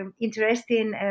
interesting